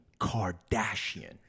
Kardashian